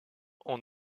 ont